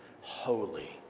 holy